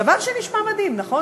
דבר שנשמע מדהים, נכון?